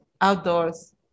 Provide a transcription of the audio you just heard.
outdoors